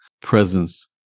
presence